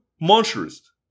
monstrous